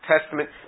Testament